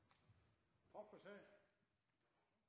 Takk for